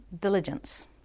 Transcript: diligence